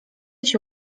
się